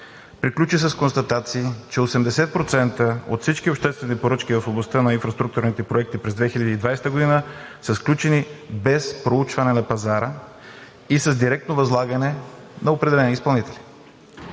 приключи с констатации, че 80% от всички обществени поръчки в областта на инфраструктурните проекти през 2020 г. са сключени без проучване на пазара и с директно възлагане на определени изпълнители.